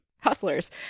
hustlers